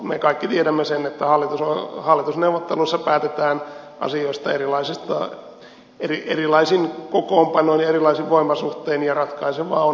me kaikki tiedämme sen että hallitusneuvotteluissa päätetään asioista erilaisin kokoonpanoin ja erilaisin voimasuhtein ja ratkaisevaa on juuri se raha